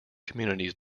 communities